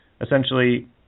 essentially